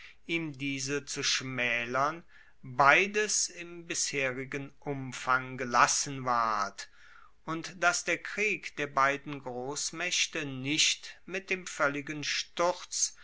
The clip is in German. ihm diese zu schmaelern beides im bisherigen umfang gelassen ward und dass der krieg der beiden grossmaechte nicht mit dem voelligen sturz